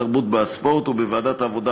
התרבות והספורט ובוועדת העבודה,